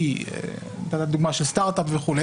כי זה סטארט אפ וכו',